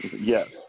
Yes